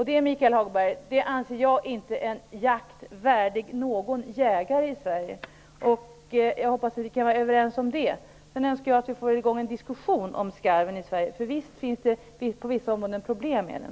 Det, Michael Hagberg, anser jag inte vara en jakt värdig någon jägare i Sverige. Jag hoppas att vi kan vara överens om det. Sedan önskar jag att vi får i gång en diskussion om skarven i Sverige, för visst finns det problem med den i vissa områden.